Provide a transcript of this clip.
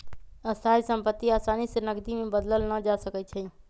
स्थाइ सम्पति असानी से नकदी में बदलल न जा सकइ छै